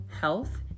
health